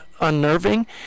unnerving